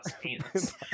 penis